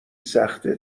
سخته